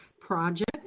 project